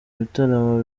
bitaramo